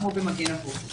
אם כן,